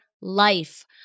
life